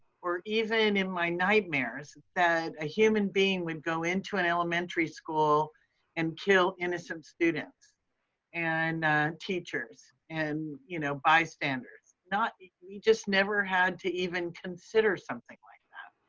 or even in my nightmares, that a human being would go into an elementary school and kill innocent students and teachers and you know bystanders. we just never had to even consider something like